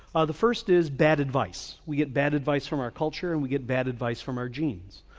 ah the first is bad advice, we get bad advice from our culture, and we get bad advice from our genes.